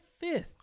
fifth